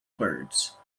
birds